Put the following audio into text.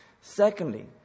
Secondly